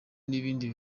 n’ibindi